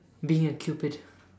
being a cupid